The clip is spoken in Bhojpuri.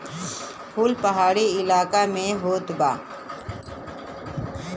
फूल पहाड़ी इलाका में होत बा